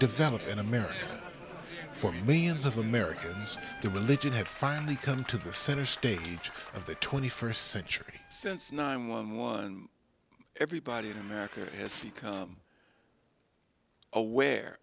develop in america for millions of americans the religion had finally come to the center stage of the twenty first century since nine one one and everybody in america has become aware